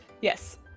yes